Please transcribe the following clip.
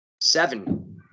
Seven